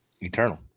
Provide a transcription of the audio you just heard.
Eternal